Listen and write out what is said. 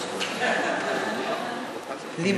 לי מותר.